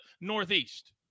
northeast